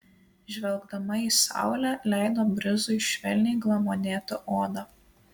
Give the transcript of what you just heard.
žvelgdama į saulę leido brizui švelniai glamonėti odą